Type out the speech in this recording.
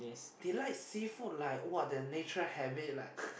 they like seafood like the natural habit